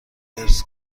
ارث